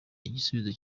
igisubizo